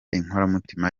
inkoramutima